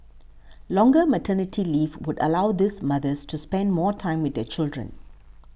longer maternity leave would allow these mothers to spend more time with their children